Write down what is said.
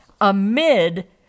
amid